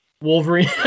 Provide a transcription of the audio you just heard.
Wolverine